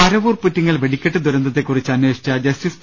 പരവൂർ പുറ്റിങ്ങൽ വെടിക്കെട്ട് ദുരന്തത്തെക്കുറിച്ച് അമ്പേഷിച്ച ജസ്റ്റിസ് പി